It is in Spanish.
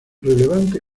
relevante